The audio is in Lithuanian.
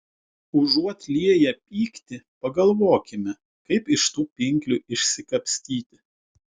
užuot lieję pyktį pagalvokime kaip iš tų pinklių išsikapstyti